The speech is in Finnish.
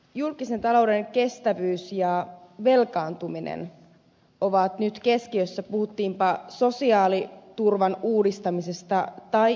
julkisen talouden kestävyys ja velkaantuminen ovat nyt keskiössä puhuttiinpa sosiaaliturvan uudistamisesta tai investointisuunnitelmista